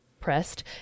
pressed